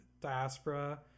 diaspora